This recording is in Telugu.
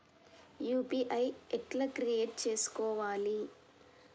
యూ.పీ.ఐ ఎట్లా క్రియేట్ చేసుకోవాలి?